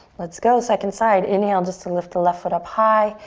let's go, second side. inhale just to lift the left foot up high.